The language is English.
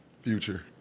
Future